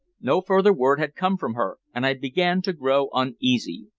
no further word had come from her, and i began to grow uneasy.